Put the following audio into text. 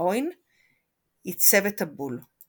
אוין עיצב את הבול.